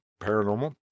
paranormal